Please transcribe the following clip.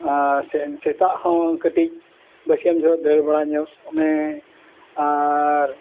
ᱟᱨ ᱥᱮᱛᱟᱜ ᱦᱚᱸ ᱠᱟᱹᱴᱤᱡ ᱵᱟᱹᱥᱭᱟᱹᱢ ᱡᱚᱦᱚᱜ ᱫᱟᱹᱲ ᱵᱟᱲᱟ ᱧᱚᱜ ᱢᱮ ᱟᱨ